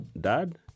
dad